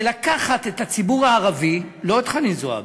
לקחת את הציבור הערבי, לא את חנין זועבי,